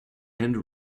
and